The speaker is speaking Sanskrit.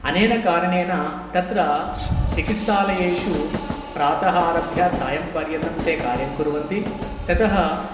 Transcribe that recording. अनेन कारणेन तत्र चिकित्सालयेषु प्रातः आरभ्य सायं पर्यन्तं ते कार्यं कुर्वन्ति ततः